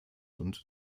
und